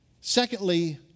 Secondly